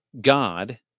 God